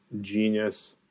genius